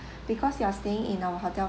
because you are staying in our hotel